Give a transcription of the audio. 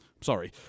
Sorry